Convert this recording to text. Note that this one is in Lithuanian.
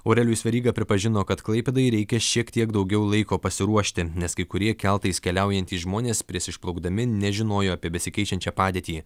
aurelijus veryga pripažino kad klaipėdai reikia šiek tiek daugiau laiko pasiruošti nes kai kurie keltais keliaujantys žmonės prieš išplaukdami nežinojo apie besikeičiančią padėtį